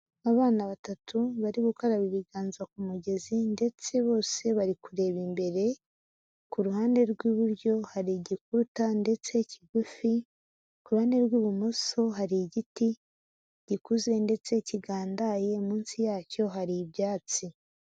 Abana batatu bari gukaraba ibiganza ku mugezi ndetse bose bari kureba imbere, ku ruhande rw'iburyo hari igikuta ndetse kigufi, ku ruhande rw'ibumoso hari igiti gikuze ndetse kigandaye, munsi yacyo hari ibyatsi.